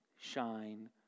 shine